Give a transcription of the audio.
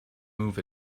move